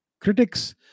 critics